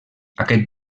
aquest